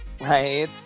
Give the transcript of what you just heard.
right